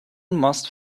must